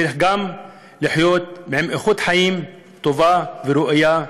צריך גם לחיות באיכות חיים טובה וראויה,